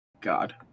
God